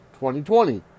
2020